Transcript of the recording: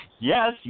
yes